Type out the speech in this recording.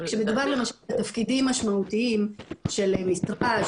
כשמדובר בתפקידים משמעותיים של משרה,